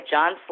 John